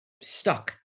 stuck